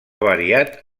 variat